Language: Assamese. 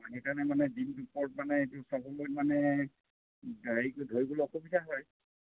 মানে সেইকাৰণে মানে দিন দুপৰত মানে এইটো চাবলৈ মানে হেৰি কৰি ধৰিবলৈ অসুবিধা হয়